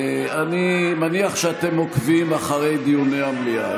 אני מניח שאתם עוקבים אחרי דיוני המליאה.